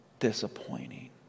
disappointing